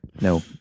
No